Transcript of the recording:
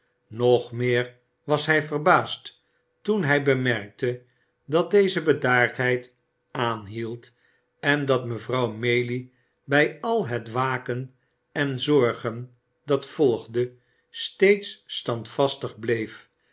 nog meer was hij verbaasd toen hij bemerkte dat deze bedaardheid aanhield en dat mevrouw maylie bij al het waken en zorgen dat volgde steeds standvastig bleef